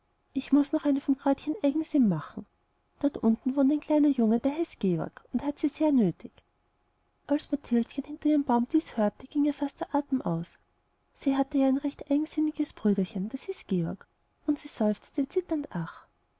ich muß noch eine vom kräutchen eigensinn machen dort unten wohnt ein kleiner junge der heißt georg und hat sie sehr nötig als mathildchen hinter ihrem baum dies hörte ging ihr fast der atem aus sie hatte ja ein recht eigensinniges brüderchen das hieß georg und sie seufzte zitternd ach